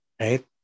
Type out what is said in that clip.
right